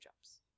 Jobs